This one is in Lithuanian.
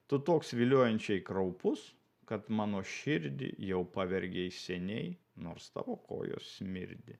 tu toks viliojančiai kraupus kad mano širdį jau pavergei seniai nors tavo kojos smirdi